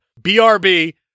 BRB